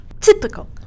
Typical